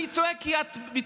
מה אתה צועק?